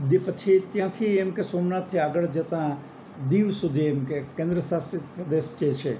જે પછી ત્યાંથી એમ કે સોમનાથથી આગળ જતાં દીવ સુધી એમ કે કેન્દ્રશાસિત પ્રદેશ જે છે